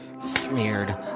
smeared